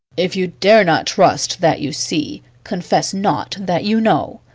if you dare not trust that you see, confess not that you know.